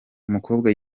umukobwa